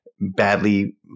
badly